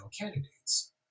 candidates